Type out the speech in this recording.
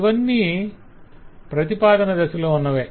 ఇవాన్ని ప్రతిపాదన దశలో ఉన్నవే